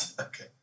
Okay